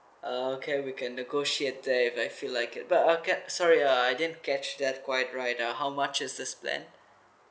uh okay we can negotiate that if I feel like it but again sorry uh I didn't catch that quite right ah how much is this plan